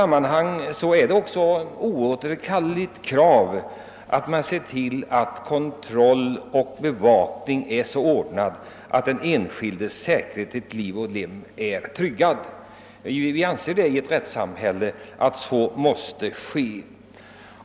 Men det är också ett oåterkalleligt krav att man ser till att kontroll och bevakning är så ordnade att den. enskildes säkerhet till liv och lem är tryggad. I ett rättssamhälle måste det vara så.